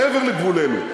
מעבר לגבולנו,